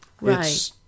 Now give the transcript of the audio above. right